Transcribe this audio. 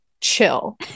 chill